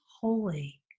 holy